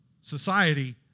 society